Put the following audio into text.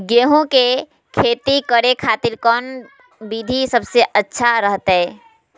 गेहूं के खेती करे खातिर कौन विधि सबसे अच्छा रहतय?